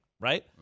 right